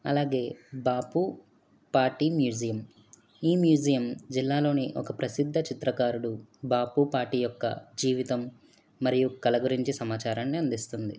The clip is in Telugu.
అలాగే బాపు పాటీ మ్యూజియం ఈ మ్యూజియం జిల్లాలోని ఒక ప్రసిద్ధ చిత్రకారుడు బాపు పాటీ యొక్క జీవితం మరియు కల గురించి సమాచారాన్ని అందిస్తుంది